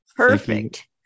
Perfect